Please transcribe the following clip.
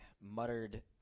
muttered